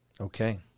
Okay